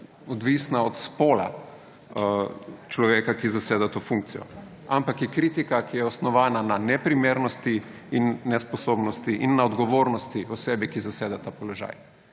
odvisna od spola človeka, ki zaseda to funkcijo. Ampak je kritika, ki je osnovana na neprimernosti in nesposobnosti in na odgovornosti osebe, ki zaseda ta položaj.